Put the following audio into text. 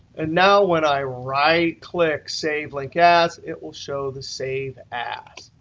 and now when i right click, save link as, it will show the save as.